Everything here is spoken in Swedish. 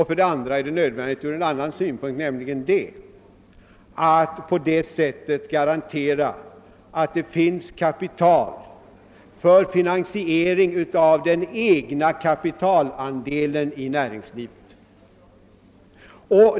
För det andra kan man på det sättet garantera att det finns kapital för finansiering av den egna kapitalandelen i näringslivet.